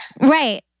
Right